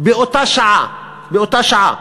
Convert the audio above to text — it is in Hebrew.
באום-אלפחם באותה שעה, באותה שעה,